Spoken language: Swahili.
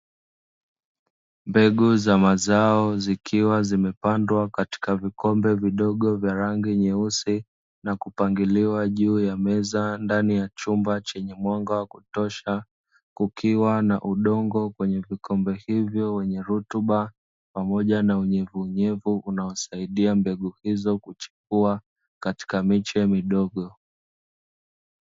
Mbegu za mazao zikiwa zimepandwa katika vikombe vidogo vya rangi nyeusi na kupangiliwa juu ya meza ndani ya chumba chenye mwanga wa kutosha, kukiwa na udongo kwenye kikombe hivyo wenye rutuba pamoja na unyevunyevu unaosaidia mbegu hizo kuchipua katika miche midogo.